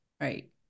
Right